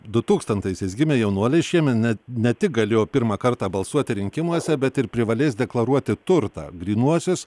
du tūkstantaisiais gimę jaunuoliai šiemet ne ne tik galėjo pirmą kartą balsuoti rinkimuose bet ir privalės deklaruoti turtą grynuosius